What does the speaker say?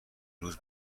روز